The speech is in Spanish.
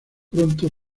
pronto